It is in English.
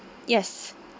yes